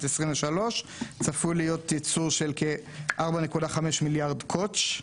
2023 צפוי להיות ייצור של כ-4.5 מיליארד קוט"ש,